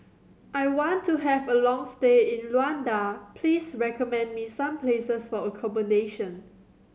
I want to have a long stay in Luanda please recommend me some places for accommodation